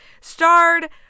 Starred